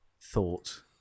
thought